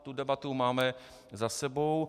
Tu debatu máme za sebou.